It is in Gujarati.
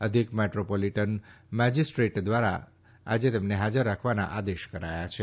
અધિક મેટ્રોપોલીટન મેજીસ્ટ્રેટ ધ્વારા આજે તેમને હાજર રાખવાના આદેશ કરાયા છે